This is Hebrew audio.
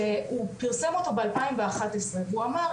שהוא פרסם אותו ב-2011 והוא אמר,